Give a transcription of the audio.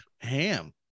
ham